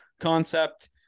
concept